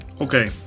okay